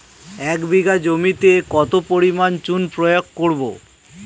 এক বিঘা জমিতে কত পরিমাণ চুন প্রয়োগ করব?